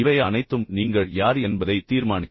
இவை அனைத்தும் நீங்கள் யார் என்பதை தீர்மானிக்கும்